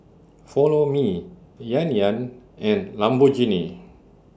Follow Me Yan Yan and Lamborghini